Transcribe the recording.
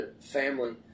family